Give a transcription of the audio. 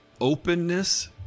Openness